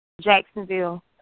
Jacksonville